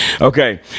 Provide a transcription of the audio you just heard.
okay